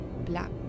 black